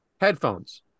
Headphones